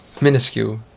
Minuscule